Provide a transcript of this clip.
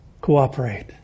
cooperate